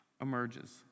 emerges